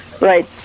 right